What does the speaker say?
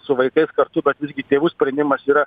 su vaikais kartu bet visgi tėvų sprendimas yra